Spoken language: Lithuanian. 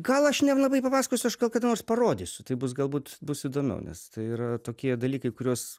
gal aš nelabai papasakosiu aš gal kada nors parodysiu taip bus galbūt bus įdomiau nes tai yra tokie dalykai kuriuos